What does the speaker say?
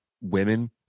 women